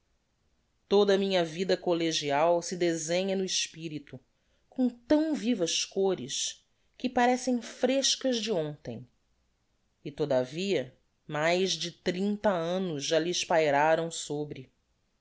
toda minha vida collegial se desenha no espirito com tão vivas cores que parecem frescas de hontem e todavia mais de trinta annos já lhes pairaram sobre